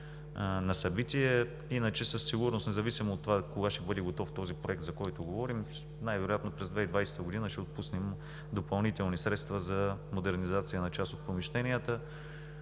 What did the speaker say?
на събития. Със сигурност, независимо от това кога ще бъде готов този проект, за който говорим, най-вероятно през 2020 г. ще отпуснем допълнителни средства за модернизация на част от помещенията.